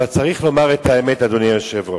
אבל צריך לומר את האמת, אדוני היושב-ראש,